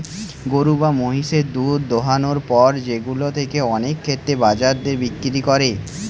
গরু বা মহিষের দুধ দোহানোর পর সেগুলা কে অনেক ক্ষেত্রেই বাজার দরে বিক্রি করে